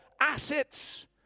assets